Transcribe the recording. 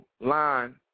line